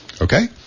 Okay